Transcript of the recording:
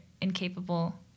incapable